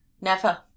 Never